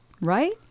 Right